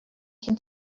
can